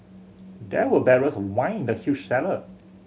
there were barrels of wine in the huge cellar